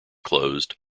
closed